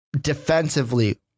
defensively